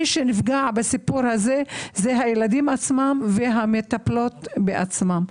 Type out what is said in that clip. מי שנפגע בסיפור הזה זה הילדים עצמם והמטפלות בעצמן.